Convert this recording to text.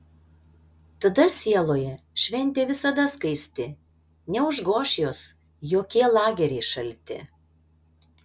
tada sieloje šventė visada skaisti neužgoš jos jokie lageriai šalti